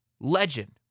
legend